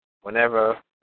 whenever